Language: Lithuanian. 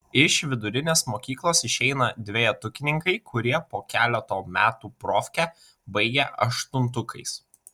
iš vidurinės mokyklos išeina dvejetukininkai kurie po keleto metų profkę baigia aštuntukais